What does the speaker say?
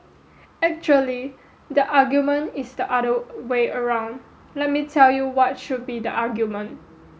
actually the argument is the other way around let me tell you what should be the argument